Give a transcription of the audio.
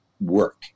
work